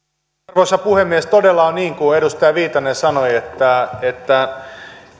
arvoisa puhemies todella on niin kuin edustaja viitanen sanoi että että